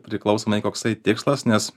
priklausomai koksai tikslas nes